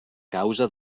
causa